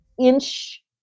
inch